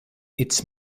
its